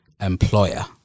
employer